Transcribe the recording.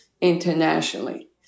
internationally